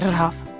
half